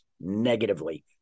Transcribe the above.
negatively